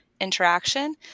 interaction